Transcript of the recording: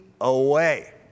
away